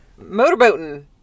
motorboating